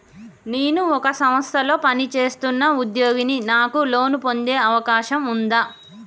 నేను ఒక సంస్థలో పనిచేస్తున్న ఉద్యోగిని నాకు లోను పొందే అవకాశం ఉందా?